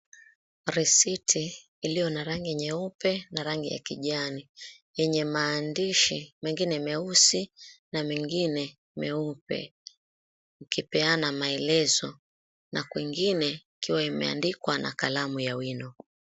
Risiti iliyo na rangi nyeupe na rangi ya kijani yenye maandishi mengine meusi na mengine meupe ikipeana maelezo na kwingine ikiwa imeandikwa na kalamu ya wino.